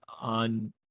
on